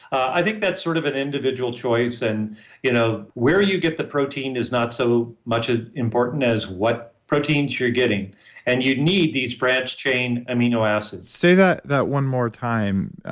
i think that's sort of an individual choice and you know where you get the protein is not so much as ah important as what proteins you're getting and you need these branched-chain amino acids say that that one more time,